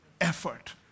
effort